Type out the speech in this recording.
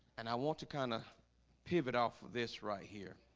and i want to kind of pivot off of this right here